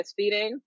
breastfeeding